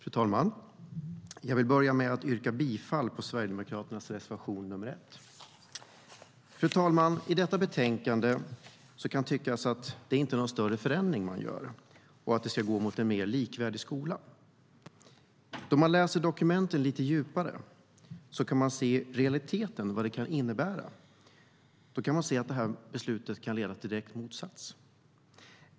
Fru talman! Jag vill börja med att yrka bifall till Sverigedemokraternas reservation. Fru talman! Det kan tyckas att det inte är någon större förändring man gör i detta betänkande och att vi ska gå mot en mer likvärdig skola. Då man läser lite djupare i dokumenten ser man vad det i realiteten kan innebära. Då ser man att detta beslut kan leda till direkta motsatsen.